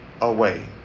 away